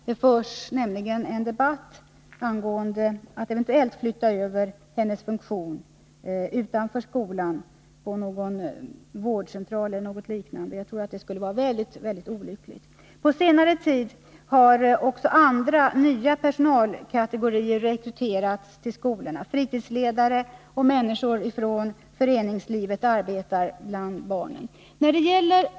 Det förs nämligen en debatt om att eventuellt flytta över hennes funktion utanför skolan, på någon vårdcentral eller något liknande, men jag tror att det skulle vara väldigt olyckligt. På senare tid har också andra och nya personalkategorier rekryterats till skolorna: fritidsledare och människor från föreningslivet arbetar bland barnen.